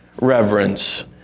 reverence